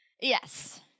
Yes